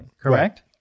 correct